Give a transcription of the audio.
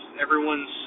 everyone's